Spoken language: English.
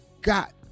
got